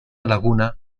laguna